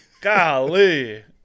golly